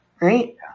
Right